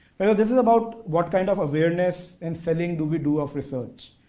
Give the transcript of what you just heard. but this is about what kind of awareness and selling do we do of research.